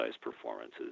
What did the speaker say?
performances